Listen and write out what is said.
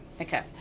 Okay